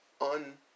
un